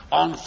on